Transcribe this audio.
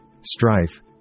strife